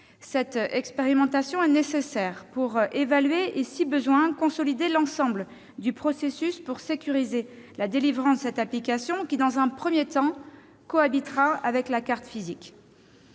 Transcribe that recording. Alpes-Maritimes, elle est nécessaire pour évaluer et, si besoin, consolider l'ensemble du processus afin de sécuriser la délivrance de cette application, qui, dans un premier temps, cohabitera avec la carte physique.